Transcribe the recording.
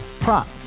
Prop